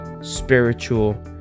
spiritual